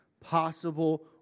possible